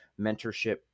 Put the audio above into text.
mentorship